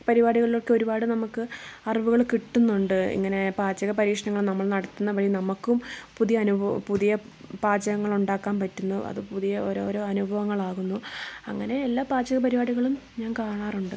പരിപാടികളിൽ ഒക്കെ നമുക്ക് അറിവുകൾ കിട്ടുന്നുണ്ട് ഇങ്ങനെ പാചക പരീക്ഷണൾ നമ്മൾ നടത്തുന്ന വഴി നമുക്കും പുതിയ അനുഭവ പുതിയ പാചകങ്ങൾ ഉണ്ടാക്കാൻ പറ്റുന്നു അത് പുതിയ ഓരോരോ അനുഭവങ്ങൾ ആകുന്നു അങ്ങനെ എല്ലാ പാചക പരിപാടികളും ഞാൻ കാണാറുണ്ട്